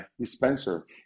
dispenser